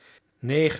vertroost worden